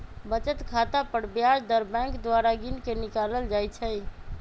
बचत खता पर ब्याज दर बैंक द्वारा गिनके निकालल जाइ छइ